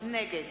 נגד